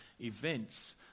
events